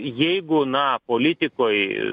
jeigu na politikoj